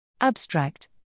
Abstract